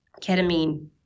ketamine